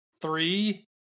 three